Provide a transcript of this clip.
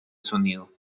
sonido